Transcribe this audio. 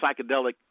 Psychedelic